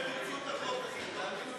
ועדת שרים לענייני חקיקה),